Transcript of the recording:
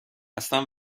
اصلا